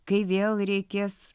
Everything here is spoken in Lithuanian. kai vėl reikės